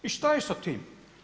I šta je sa time?